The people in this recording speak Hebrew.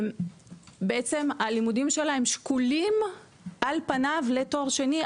בעצם הלימודים שלה הם שקולים על פניו לתואר שני,